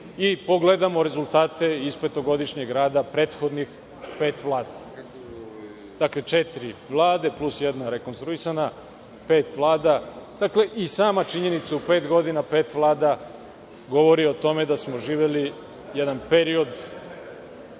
i pogledamo rezultate iz petogodišnjeg rada prethodnih pet vlada, dakle, četiri vlade, plus jedna rekonstruisana, pet vlada. Dakle, i sama činjenica u pet godina pet vlada govori o tome da smo živeli jedan period